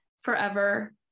forever